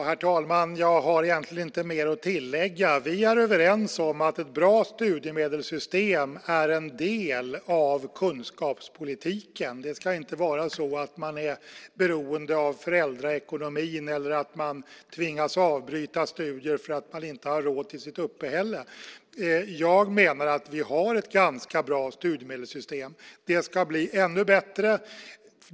Herr talman! Jag har egentligen inte något mer att tillägga. Vi är överens om att ett bra studiemedelssystem är en del av kunskapspolitiken. Det ska inte vara så att man är beroende av föräldraekonomin eller tvingas avbryta studierna för att man inte har pengar till sitt uppehälle. Jag menar att vi har ett ganska bra studiemedelssystem, och det ska bli ännu bättre.